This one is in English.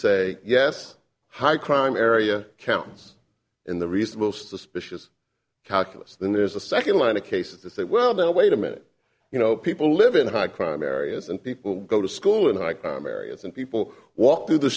say yes high crime area counts in the reasonable suspicious calculus then there's a second line of cases to say well wait a minute you know people live in high crime areas and people go to school in high crime areas and people walk through the